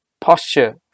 Posture